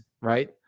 right